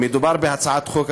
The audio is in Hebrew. מדובר בהצעת חוק,